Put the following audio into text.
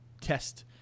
test